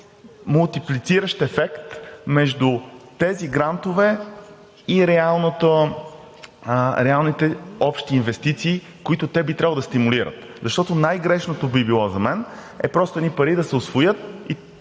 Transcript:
мултиплициращ ефект между тези грантове и реалните общи инвестиции, които те би трябвало да стимулират? Защото най-грешното би било за мен просто едни пари да се усвоят